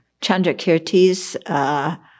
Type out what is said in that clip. Chandrakirti's